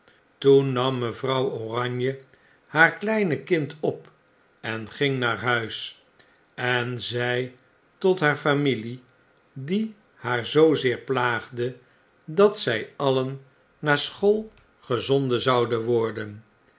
toen nam mejuffrouw oranje haar kleine kind op en ging naar huis en zei tot haar familie die haar zoozeer plaagde dat zg alien naar school gezonden zouden worden